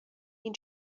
این